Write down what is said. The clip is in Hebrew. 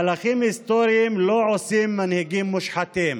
מהלכים היסטוריים לא עושים מנהיגים מושחתים.